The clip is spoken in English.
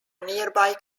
nearby